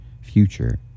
Future